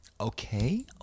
okay